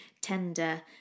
tender